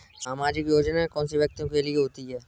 सामाजिक योजना कौन से व्यक्तियों के लिए होती है?